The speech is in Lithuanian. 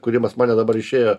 kuri pas mane dabar išėjo